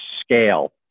scale